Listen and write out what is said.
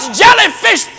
jellyfish